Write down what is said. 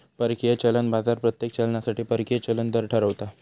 परकीय चलन बाजार प्रत्येक चलनासाठी परकीय चलन दर ठरवता